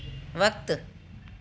वक़्तु